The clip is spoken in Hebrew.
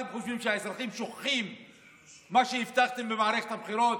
אתם חושבים שהאזרחים שוכחים מה שהבטחתם במערכת הבחירות?